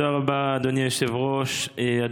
תודה רבה, אדוני היושב-ראש.